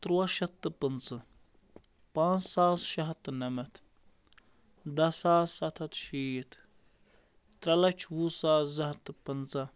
تُرٛواہ شتھ تہٕ پٕنٛژٕ پانٛژھ ساس شےٚ ہَتھ تہٕ نَمَتھ دَہ ساس سَتھ ہَتھ شیٖتھ ترٛےٚ لَچھ وُہ ساس زٕ ہَتھ تہٕ پنٛژاہ